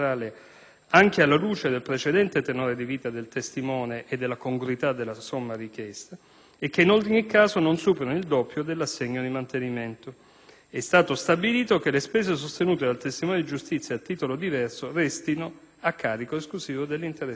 anche alla luce del precedente tenore di vita del testimone e della congruità della somma richiesta, e che in ogni caso non superino il doppio dell'assegno di mantenimento. È stato stabilito che le spese sostenute dal testimone di giustizia a titolo diverso restino a carico esclusivo dell'interessato.